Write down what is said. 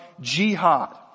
jihad